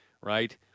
right